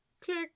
click